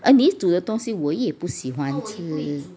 你煮的东西我也不喜欢吃